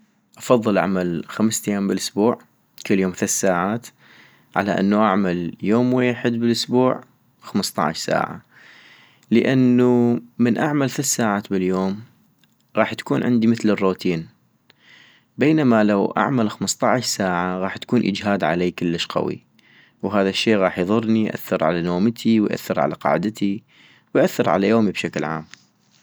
افضل اعمل خمس ايام بالاسبوع، كل يوم ثث ساعات، على انو اعمل يوم ويحد بالاسبوع خمصطعش عاسة - لانو من اعمل ثث ساعات باليوم غاح تكون عندي مثل الروتين بينما لو اعمل خمصطعش ساعة غاح تكون اجهاد علي كلش قويي، وهذا الشي غاح يضرني، يأثر على نومتي، ويأثر على قعدتي ، ويأثر على يومي بشكل عام